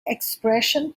expression